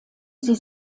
sie